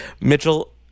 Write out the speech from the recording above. Mitchell